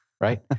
right